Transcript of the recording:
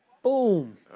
Boom